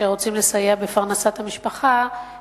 שם ילדים רוצים לסייע בפרנסת המשפחה ויוצאים